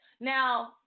Now